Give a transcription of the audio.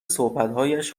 صحبتهایش